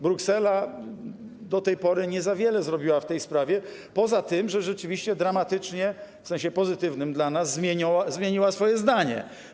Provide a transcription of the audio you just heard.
Bruksela do tej pory nie za wiele zrobiła w tej sprawie, poza tym że rzeczywiście dramatycznie, w sensie pozytywnym dla nas, zmieniła swoje zdanie.